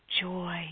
joy